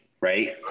right